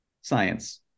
Science